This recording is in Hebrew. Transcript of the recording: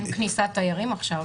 אין כניסת תיירים עכשיו.